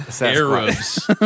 Arabs